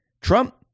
trump